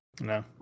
no